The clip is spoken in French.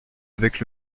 avec